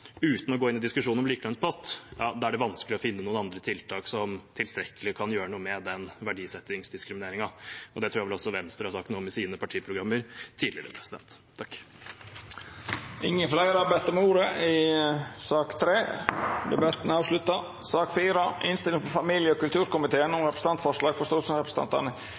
uten å gå inn i en diskusjon om likelønnspott er det vanskelig å finne noen andre tiltak som i tilstrekkelig grad kan gjøre noe med verdisettingsdiskrimineringen. Det tror jeg vel også Venstre har sagt noe om i sine partiprogrammer tidligere. Fleire har ikkje bedt om ordet til sak nr. 3. Etter ynske frå familie- og kulturkomiteen vil presidenten ordna debatten slik: 3 minutt til kvar partigruppe og